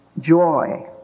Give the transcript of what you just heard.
joy